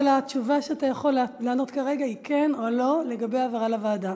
אבל התשובה שאתה יכול לענות כרגע היא כן או לא לגבי העברה לוועדה.